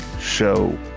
show